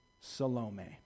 Salome